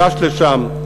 גש לשם,